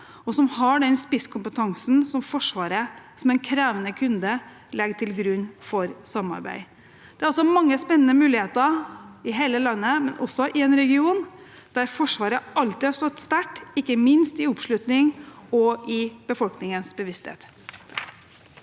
og som har den spisskompetansen som Forsvaret som en krevende kunde legger til grunn for samarbeid. Det er altså mange spennende muligheter i hele landet, også i en region der Forsvaret alltid har stått sterkt, ikke minst i oppslutning og i befolkningens bevissthet.